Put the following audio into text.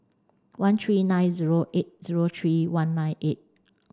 one three nine zero eight zero three one nine eight